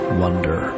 wonder